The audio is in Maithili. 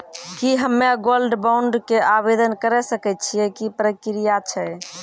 की हम्मय गोल्ड बॉन्ड के आवदेन करे सकय छियै, की प्रक्रिया छै?